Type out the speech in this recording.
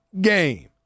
game